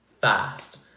fast